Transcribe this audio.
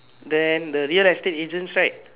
then the real estate agents right